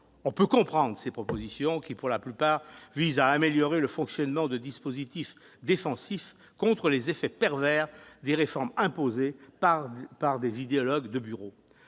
On peut comprendre ces propositions qui, pour la plupart, visent à améliorer le fonctionnement de dispositifs de défense contre les effets pervers des réformes imposées par des idéologues de bureau.